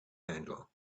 handle